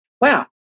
Wow